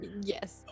Yes